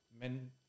men